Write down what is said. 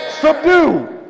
Subdue